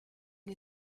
une